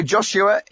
Joshua